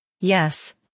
Yes